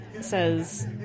says